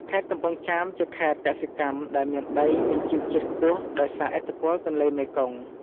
ខេត្តកំពង់ចាម ជាខេត្តកសិកម្មដែលមានដីមានជីជាតិខ្ពស់ដោយសារឥទ្ធិពលទន្លេមេគង្គ។